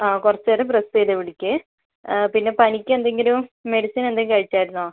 ആ കുറച്ച് നേരം പ്രെസ്സേയ്ത് പിടിക്ക് പിന്നെ പനിക്കെന്തെങ്കിലും മെഡിസിൻ എന്ത് കഴിച്ചാരുന്നോ